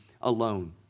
alone